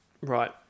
Right